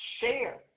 share